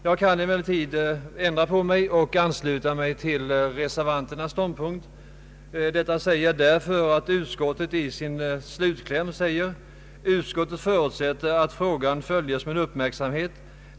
Jag kan emellertid ändra mening och ansluta mig till reservanternas ståndpunkt. Jag säger detta därför att utskottet i sitt utlåtande skriver: ”Utskottet förutsätter att frågan följes med uppmärksamhet.